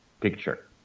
picture